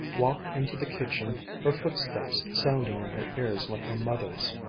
walked into the kitchen, her footsteps sounding in her ears like her mother's.